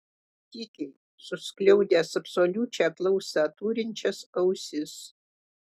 tykiai suskliaudęs absoliučią klausą turinčias ausis